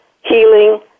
healing